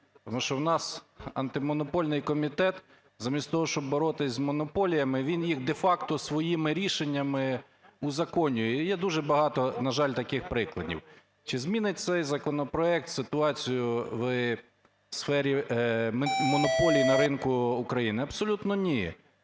Тому що в нас Антимонопольний комітет замість того, щоб боротися з монополіями, він їх де-факто своїми рішеннями узаконює. І є дуже багато, на жаль, таких прикладів. Чи змінить цей законопроект ситуацію в сфері монополії на ринку України? Абсолютно ні.